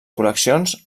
col·leccions